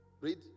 read